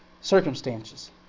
circumstances